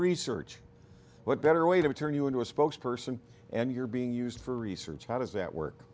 research what better way to turn you into a spokes person and you're being used for research how does that work